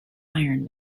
iron